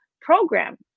program